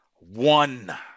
One